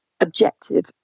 objective